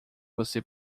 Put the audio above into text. você